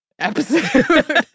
episode